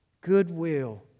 goodwill